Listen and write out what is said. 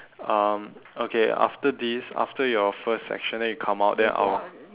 um okay after this after your first section then you come out then I'll